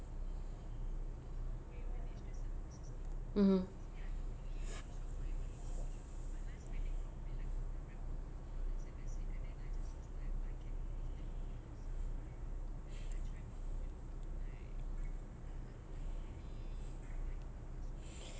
mmhmm